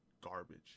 garbage